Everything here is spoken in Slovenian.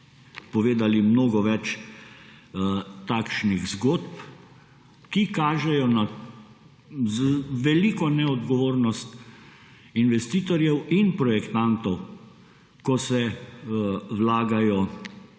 povedali mnogo več takšnih zgodb, ki kažejo na veliko neodgovornost investitorjev in projektantov, ko se vlagajo